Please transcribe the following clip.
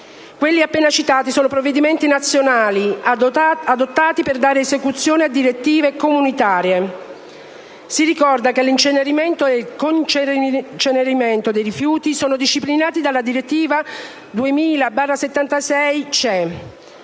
Quelli appena citati sono provvedimenti nazionali adottati per dare esecuzione a direttive comunitarie. Si ricorda che l'incenerimento e il coincenerimento dei rifiuti sono disciplinati dalla direttiva 2000/76/CE.